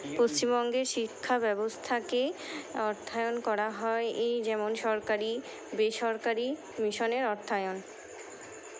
পশ্চিমবঙ্গের শিক্ষা ব্যবস্থাকে অর্থায়ন করা হয় এই যেমন সরকারি বেসরকারি মিশনের অর্থায়ন